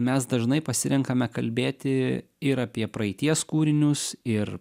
mes dažnai pasirenkame kalbėti ir apie praeities kūrinius ir